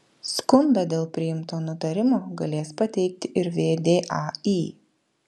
skundą dėl priimto nutarimo galės pateikti ir vdai